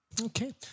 okay